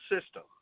system